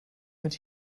mit